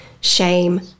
shame